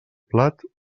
plat